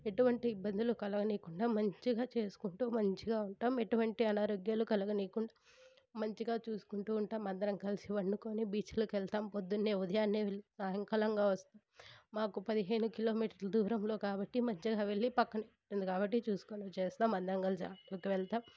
ఎటువంటి ఇబ్బందులు కలగనికుండా మంచిగా చేసుకుంటూ మంచిగా ఉంటాం ఎటువంటి అనారోగ్యాలు కలగనీయకుండా మంచిగా చూసుకుంటూ ఉంటాం అందరం కలిసి వండుకొని బీచ్లోకి వెళ్తాం పొద్దున్నే ఉదయనే వెళ్లి సాయంకాలనే వస్తాం మాకు పదిహేను కిలోమీటర్ల దూరంలో కాబట్టి మధ్యాహ్నం వెళ్లి పక్కనే ఉంటుంది కాబట్టి చూసుకొని వచ్చేస్తాం అందరం కలిసి ఆటోకి వెళ్తాం